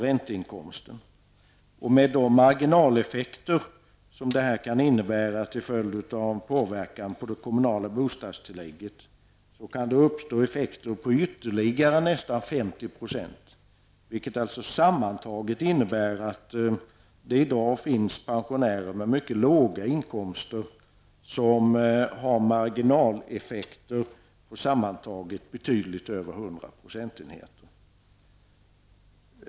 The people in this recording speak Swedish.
Genom påverkan på det kommunala bostadstilläggets storlek kan det uppstå ytterligare marginaleffekter på nästan 50 %, vilket sammantaget innebär att det i dag finns pensionärer med mycket låga inkomster som har marginaleffekter på sammantaget betydligt över hundra procentenheter.